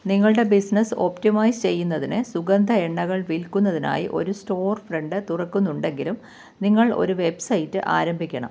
നിങ്ങളുടെ business optimise ചെയ്യുന്നതിന് സുഗന്ധ എണ്ണകൾ വിൽക്കുന്നതിനായി ഒരു സ്റ്റോർഫ്രണ്ട് തുറക്കുന്നുണ്ടെങ്കിലും നിങ്ങൾ ഒരു വെബ്സൈറ്റ് ആരംഭിക്കണം